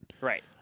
Right